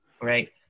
right